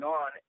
on